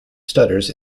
stutters